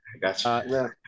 Gotcha